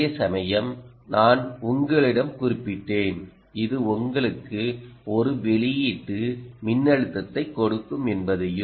அதே சமயம் நான் உங்களிடம் குறிப்பிட்டேன் இது உங்களுக்கு ஒரு வெளியீட்டு மின்னழுத்தத்தைக் கொடுக்கும் என்பதையும்